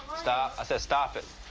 stop. i said stop it.